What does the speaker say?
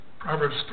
Proverbs